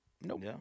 Nope